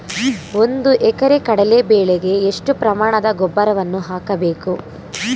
ಒಂದು ಎಕರೆ ಕಡಲೆ ಬೆಳೆಗೆ ಎಷ್ಟು ಪ್ರಮಾಣದ ಗೊಬ್ಬರವನ್ನು ಹಾಕಬೇಕು?